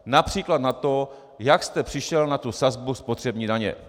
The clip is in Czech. Například na to, jak jste přišel na tu sazbu spotřební daně.